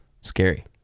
Scary